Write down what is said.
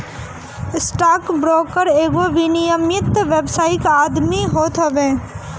stock broker एगो विनियमित व्यावसायिक आदमी होत हवे